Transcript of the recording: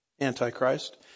Antichrist